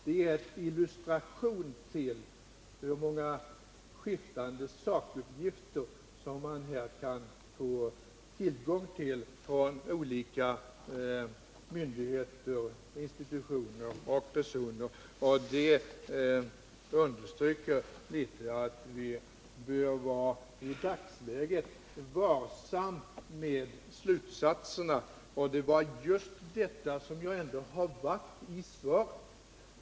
Detta är en illustration till hur många skiftande sakuppgifter som man kan få tillgång till från olika myndigheter, institutioner och personer, och det understryker att vi i dagsläget bör vara varsamma med slutsatserna. Och det är just vad jag har varit i svaret.